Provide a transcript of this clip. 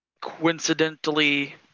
coincidentally